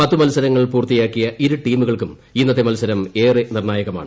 പത്ത് മത്സരങ്ങൾ പൂർത്തിയാക്കിയ ഇരു ടീമുകൾക്കും ഇന്നത്തെ മത്സരം ഏറെ നിർണ്ണായകമാണ്